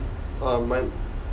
um my